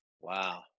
wow